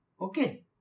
Okay